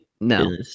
No